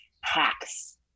Hacks